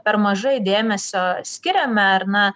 per mažai dėmesio skiriame ar ne